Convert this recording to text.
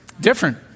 Different